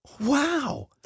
Wow